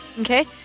Okay